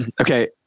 Okay